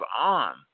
on